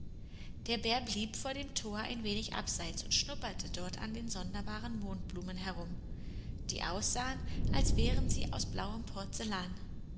der bär blieb vor dem tor ein wenig abseits und schnupperte dort an den sonderbaren mondblumen herum die aussahen als wären sie aus blauem porzellan